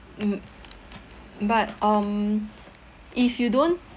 mm but um if you don't